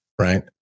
right